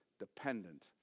dependent